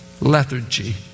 lethargy